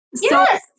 Yes